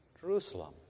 Jerusalem